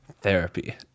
Therapy